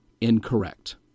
incorrect